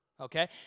okay